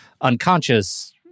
unconscious